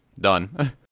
done